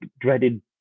dreaded